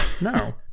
No